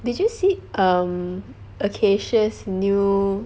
did you see um acasia's new